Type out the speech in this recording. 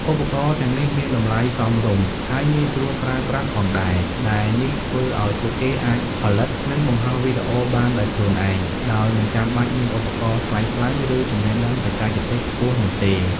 ឧបករណ៍ទាំងនេះមានតម្លៃសមរម្យ ហើយងាយស្រួលប្រើប្រាស់ផងដែរ ដែលនេះធ្វើឲ្យពួកគេអាចផលិត និងបង្ហោះវីដេអូបានដោយខ្លួនឯង ដោយមិនចាំបាច់មានឧបករណ៍ថ្លៃៗ ឬចំណេះដឹងបច្ចេកទេសខ្ពស់នោះទេ។